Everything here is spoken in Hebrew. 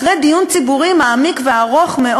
אחרי דיון ציבורי מעמיק וארוך מאוד,